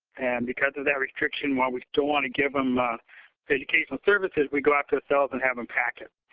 and because of that restriction, while we still want to give them educational services, we go out to the cells and have them packets.